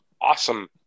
Awesome